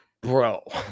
Bro